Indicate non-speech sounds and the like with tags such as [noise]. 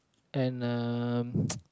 and um [noise]